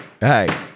hey